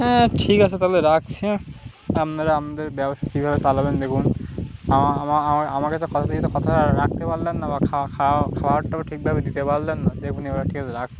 হ্যাঁ ঠিক আছে তাহলে রাখছি হ্যাঁ আপনারা আমাদের ব্যবসা কীভাবে চালাবেন দেখুন আমাকে তো কথা থেকে রাখতে পারলেন না বা খাওয়ারটাও ঠিকভাবে দিতে পারলেন না যে কোনো এবার থেকে রাখুন